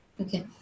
Okay